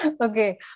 Okay